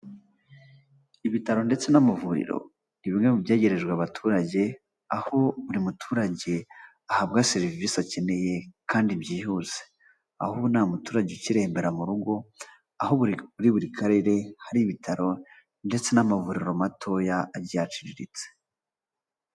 Ibitaro ndetse n'amavuriro ni bimwe mu byegerejwe abaturage, aho buri muturage ahabwa serivisi akeneye kandi byihuse, aho nta muturage ukirembera mu rugo, aho muri buri karere hari ibitaro ndetse n'amavuriro matoya agiciriritse.